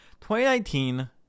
2019